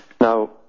Now